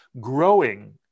growing